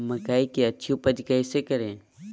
मकई की अच्छी उपज कैसे करे?